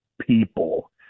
people